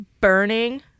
burning